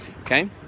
okay